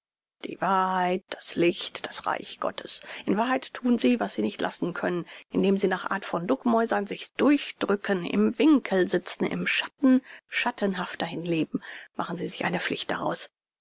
die wahrheit das licht das reich gottes in wahrheit thun sie was sie nicht lassen können indem sie nach art von duckmäusern sich durchdrücken im winkel sitzen im schatten schattenhaft dahinleben machen sie sich eine pflicht daraus